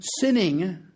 sinning